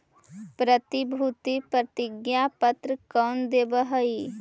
प्रतिभूति प्रतिज्ञा पत्र कौन देवअ हई